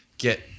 get